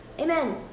Amen